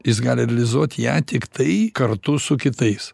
jis gali realizuot ją tiktai kartu su kitais